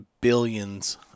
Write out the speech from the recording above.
billions